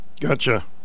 Gotcha